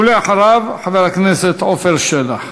ואחריו, חבר הכנסת עפר שלח.